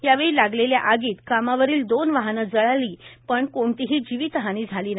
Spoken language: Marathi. यावेळी लागलेल्या आगीत कामावरील दोन वाहने जळाली पण कोणतीही जीवित हानी झाली नाही